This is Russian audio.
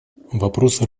вопросы